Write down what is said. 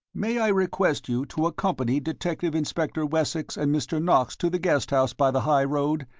may i request you to accompany detective-inspector wessex and mr. knox to the guest house by the high road?